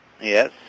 Yes